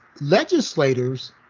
legislators